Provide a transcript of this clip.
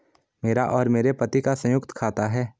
मेरा और मेरे पति का संयुक्त खाता है